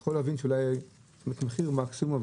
יכול להבין שאולי יהיה מחיר מקסימום.